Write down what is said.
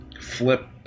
Flip